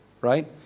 right